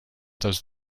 does